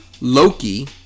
Loki